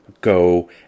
go